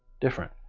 different